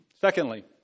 Secondly